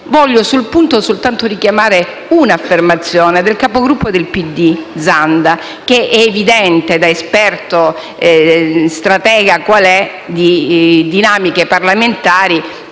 Voglio sul punto soltanto richiamare un'affermazione del capogruppo del PD Zanda, che - è evidente - da esperto stratega di dinamiche parlamentari